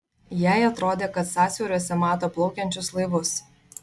jai atrodė kad sąsiauriuose mato plaukiančius laivus